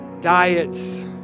diets